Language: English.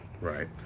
Right